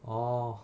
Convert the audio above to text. orh